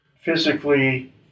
Physically